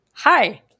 Hi